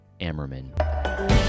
Ammerman